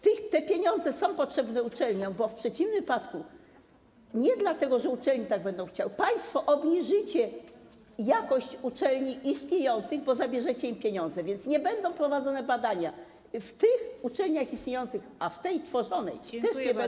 Te pieniądze są potrzebne uczelniom, bo w przeciwnym wypadku, nie dlatego że uczelnie tak będą chciały, państwo obniżycie jakość uczelni istniejących, bo zabierzecie im pieniądze, więc nie będą prowadzone badania w tych uczelniach istniejących, a w tej tworzonej też nie będą.